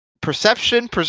perception